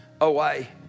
away